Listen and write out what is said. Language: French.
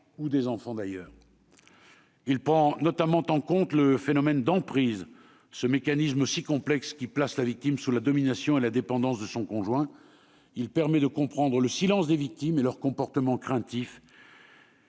ou des enfants. Il prend notamment en compte le phénomène d'emprise, ce mécanisme si complexe qui place la victime sous la domination et la dépendance de son conjoint. Il permet de comprendre le silence des victimes et leur comportement craintif,